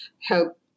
help